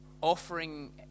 offering